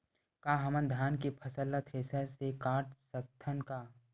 का हमन धान के फसल ला थ्रेसर से काट सकथन का?